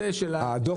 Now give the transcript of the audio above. במקרה הזה הדוח